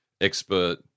expert